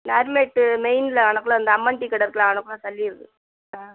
நரிமேட்டு மெயினில் வரக்குள்ள இந்த அம்மன் டீக்கடை இருக்குதுல்ல அங்கேனக்குள்ள தள்ளி இருக்குது ஆ